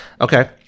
Okay